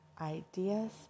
ideas